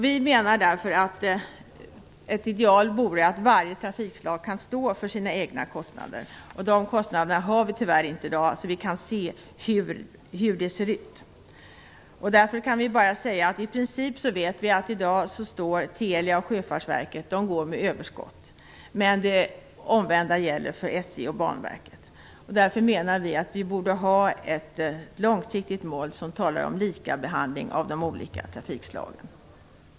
Vi menar därför att ett ideal vore att varje trafikslag kan stå för sina egna kostnader. Vi vet i dag inte vilka kostnaderna är så att vi kan se hur det ser ut. Därför kan vi bara säga att vi i princip vet att Telia och Sjöfartsverket i dag går med överskott, men att det omvända gäller för SJ och Banverket. Därför menar vi att vi borde ha ett långsiktigt mål, som talar om lika behandling av de olika trafikslagen.